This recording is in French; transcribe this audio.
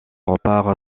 remparts